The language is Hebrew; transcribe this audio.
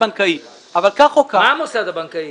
בנקאי אבל כך או כך -- מה המוסד הבנקאי?